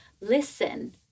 listen